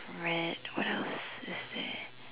read what else is there